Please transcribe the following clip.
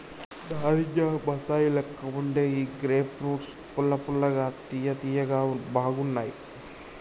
నారింజ బత్తాయి లెక్క వుండే ఈ గ్రేప్ ఫ్రూట్స్ పుల్ల పుల్లగా తియ్య తియ్యగా బాగున్నాయ్